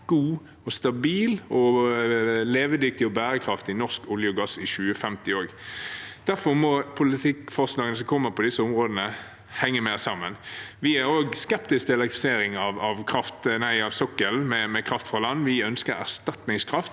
god, stabil, levedyktig og bærekraftig norsk olje og gass i 2050 også. Derfor må politikkforslagene som kommer på disse områdene, henge mer sammen. Vi er også skeptiske til elektrifisering av sokkelen med kraft fra land, vi ønsker erstatningskraft,